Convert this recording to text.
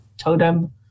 totem